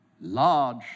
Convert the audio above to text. large